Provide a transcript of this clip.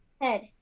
head